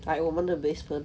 I open the basement